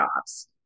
jobs